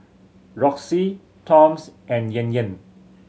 Roxy Toms and Yan Yan